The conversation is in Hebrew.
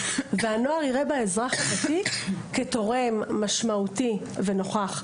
והנוער יראה באזרח הוותיק תורם משמעותי ונוכח.